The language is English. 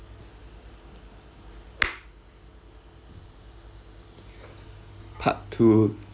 part two